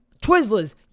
Twizzlers